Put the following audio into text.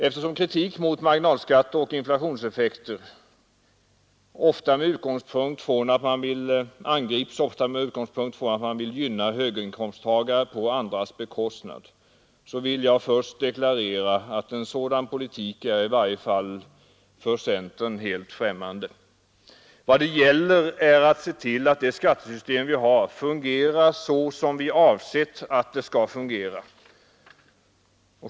Eftersom kritik mot marginalskatteoch inflationseffekter ofta angrips med utgångspunkt från att de som kritiserar det nuvarande systemet vill gynna höginkomsttagare på andras bekostnad, så vill jag först deklarera att en sådan politik är i varje fall för centern helt främmande. Vad det gäller är att se till att det skattesystem vi har fungerar så som vi avsett att det skall fungera.